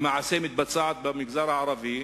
למעשה מתבצעת במגזר הערבי,